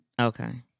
okay